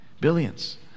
Billions